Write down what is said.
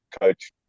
coach